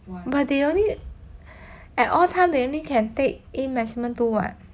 but they only at all time they only can take a maximum two [what]